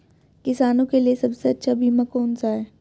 किसानों के लिए सबसे अच्छा बीमा कौन सा है?